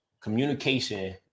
communication